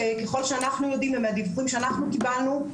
ככל שאנחנו יודעים ומהדיווחים שאנחנו קיבלנו,